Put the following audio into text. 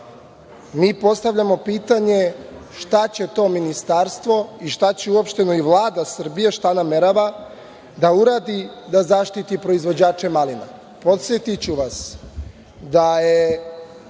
Mi postavljamo pitanje – šta će to ministarstvo i šta uopšteno i Vlada Srbije namerava da uradi da zaštiti proizvođače malina? Podsetiću vas da je